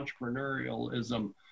entrepreneurialism